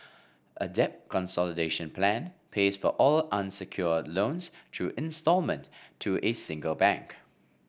a debt consolidation plan pays for all unsecured loans through instalment to a single bank